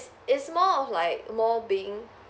it's more of like more being